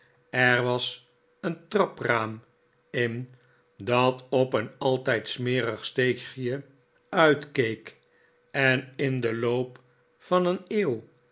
er was een trapraam in dat op een altijd smerig steegje uitkeek en in den loop van een eeuw